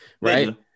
right